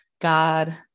God